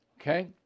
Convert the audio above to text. Okay